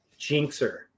jinxer